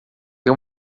tem